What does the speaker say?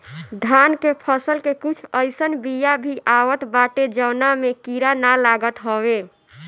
धान के फसल के कुछ अइसन बिया भी आवत बाटे जवना में कीड़ा ना लागत हवे